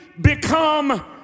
become